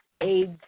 aids